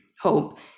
hope